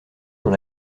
dans